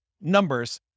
numbers